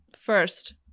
First